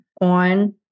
on